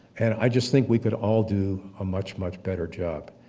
and i just think we could all do a much, much better job.